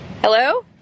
Hello